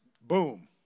boom